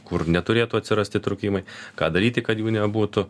kur neturėtų atsirasti įtrūkimai ką daryti kad jų nebūtų